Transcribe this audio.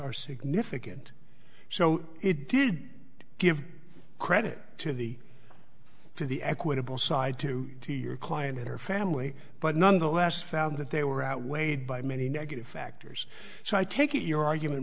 are significant so it did give credit to the to the equitable side to to your client and her family but nonetheless found that they were outweighed by many negative factors so i take it your argument